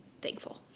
thankful